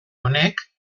honek